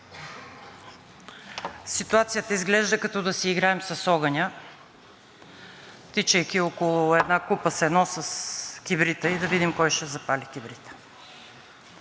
Ситуацията изглежда като да си играем с огъня, тичайки около една копа сено с кибрита, и да видим кой ще запали кибрита.